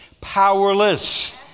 powerless